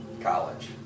college